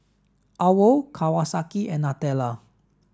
OWL Kawasaki and Nutella